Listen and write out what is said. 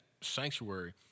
sanctuary